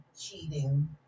cheating